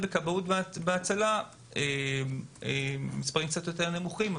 בכבאות והצלה המספרים קצת יותר נמוכים,